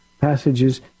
passages